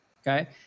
Okay